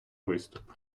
виступ